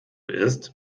isst